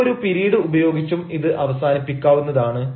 നിങ്ങൾക്ക് ഒരു പിരീഡ് ഉപയോഗിച്ചും ഇത് അവസാനിപ്പിക്കാവുന്നതാണ്